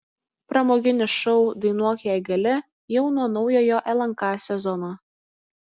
pramoginis šou dainuok jei gali jau nuo naujojo lnk sezono